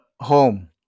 home